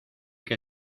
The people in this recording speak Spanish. que